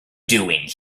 doing